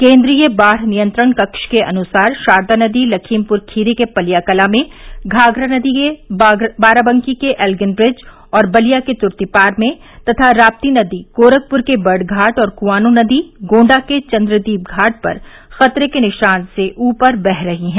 केन्द्रीय बाढ़ नियंत्रण कक्ष के अनुसार शारदा नदी लखीमपुर खीरी के पलियाकलां में घाघरा नदी बाराबंकी के एल्गिन व्रिज और बलिया के तुर्तीपार में तथा राप्ती नदी गोरखपुर के बर्डघाट और कुआनो नदी गोण्डा के चन्द्वीप घाट पर खतरे के निशान से ऊपर बह रही हैं